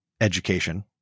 education